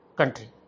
country